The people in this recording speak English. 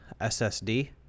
SSD